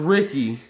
Ricky